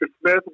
Smith